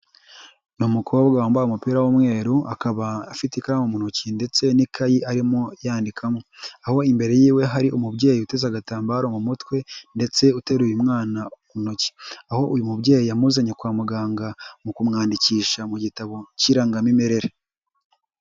Ni umukobwa wambaye umupira w'umweru akaba afite ikaramu mu ntoki ndetse n'ikayi arimo yandikamo, aho imbere yiwe hari umubyeyi witeza agatambaro mu mutwe ndetse uteruye mwana mu ntoki, aho uyu mubyeyi yamuzanye kwa muganga mu kumwandikisha mu gitabo cy'irangamimerere.